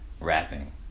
rapping